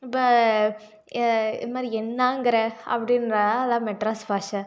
இப்போ ஏ இது மாதிரி என்னாங்கிற அப்படின்ற அதலாம் மெட்ராஸ் பாஷை